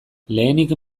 lehenik